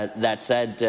ah that said,